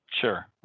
sure